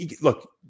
look